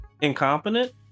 incompetent